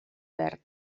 verd